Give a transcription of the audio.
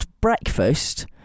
breakfast